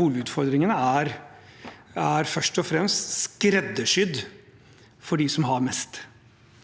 boligutfordringene, er – først og fremst – skreddersydd for dem som har mest.